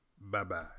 Bye-bye